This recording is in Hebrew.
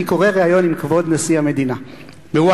אני קורא ריאיון עם כבוד נשיא המדינה ב-Ynet.